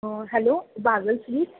hello Bagal sweets